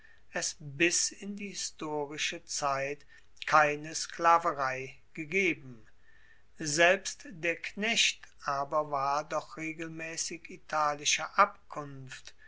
es bis in die historische zeit keine sklaverei gegeben selbst der knecht aber war doch regelmaessig italischer abkunft